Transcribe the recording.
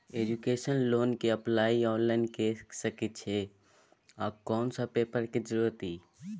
Education loan के apply online के सके छिए आ कोन सब पेपर के जरूरत इ?